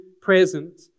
present